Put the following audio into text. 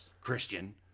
Christian